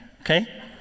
okay